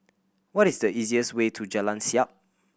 what is the easiest way to Jalan Siap